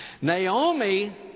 Naomi